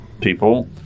people